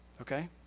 okay